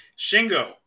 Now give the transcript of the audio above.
Shingo